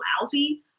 lousy